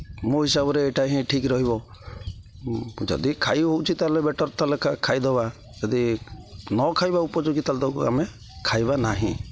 ମୋ ହିସାବରେ ଏଇଟା ହିଁ ଠିକ୍ ରହିବ ଯଦି ଖାଇ ହେଉଛି ତା'ହେଲେ ବେଟର୍ ତା'ହେଲେ ଖାଇଦେବା ଯଦି ନ ଖାଇବା ଉପଯୋଗୀ ତା'ହେଲେ ତାକୁ ଆମେ ଖାଇବା ନାହିଁ